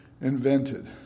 invented